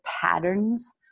patterns